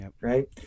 right